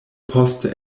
poste